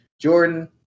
Jordan